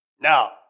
Now